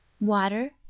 water